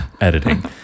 editing